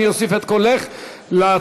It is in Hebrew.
אני אוסיף את קולך להצבעה.